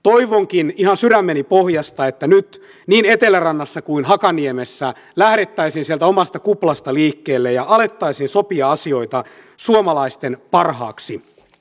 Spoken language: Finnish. toivonkin ihan sydämeni pohjasta että nyt niin etelärannassa kuin hakaniemessä lähdettäisiin sieltä omasta kuplasta liikkeelle ja alettaisiin sopia asioita suomalaisten parhaaksi